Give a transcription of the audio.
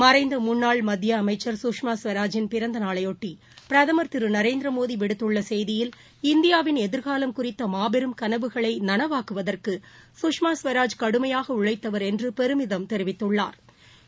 மறைந்த முன்னாள் மத்திய அமைச்சர் கஷ்மா ஸ்வராஜின் பிறந்த நாளையொட்டி பிரதம் திரு நரேந்திரமோடி விடுத்துள்ள செய்தியில் இந்தியாவின் எதிர்காலம் குறித்த மாபெரும் கனவுகளை நனவாக்குவதற்கு சுஷ்மா ஸ்வராஜ் கடுமையாக உனழத்தவா் என்று பெருமிதம் தெரிவித்தள்ளாா்